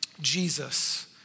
Jesus